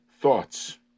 thoughts